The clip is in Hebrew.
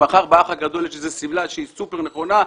אם מחר באח הגדול יש איזו שמלה שהיא סופר נכונה,